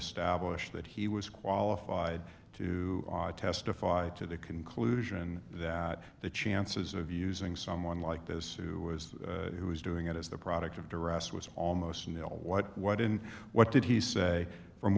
established that he was qualified to testify to the conclusion that the chances of using someone like this who was who was doing it as the product of darius was almost nil what what in what did he say from